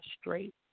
straight